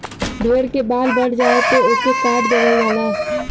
भेड़ के बाल बढ़ जाये पे ओके काट देवल जाला